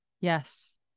Yes